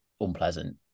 unpleasant